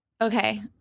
Okay